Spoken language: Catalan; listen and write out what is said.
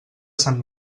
sant